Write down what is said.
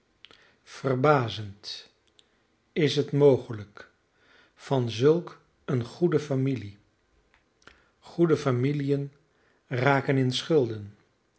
verbazend is het mogelijk van zulk eene goede familie goede familiën raken in schulden